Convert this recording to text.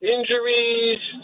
Injuries